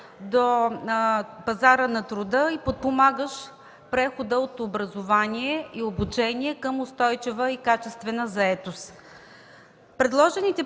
до пазара на труда и подпомагащ прехода от образование и обучение към устойчива и качествена заетост.